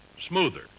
smoother